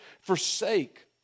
forsake